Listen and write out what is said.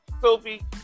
Sophie